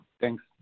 Thanks